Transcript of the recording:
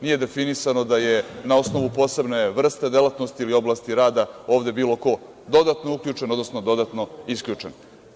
Nije definisano da je, na osnovu posebne vrste delatnosti ili oblasti rada, ovde bilo ko dodatno uključen, odnosno dodatno isključen.